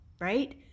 Right